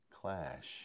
clash